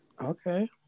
okay